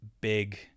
big